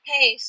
Hey